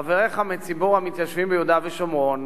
חבריך מציבור המתיישבים ביהודה ושומרון,